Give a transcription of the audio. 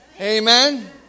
Amen